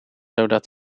zodat